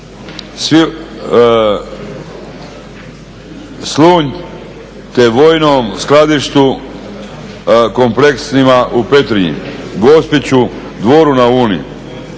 Slunj, te vojnom skladištu kompleksima u Petrinji, Gospiću, Dvoru na Uni.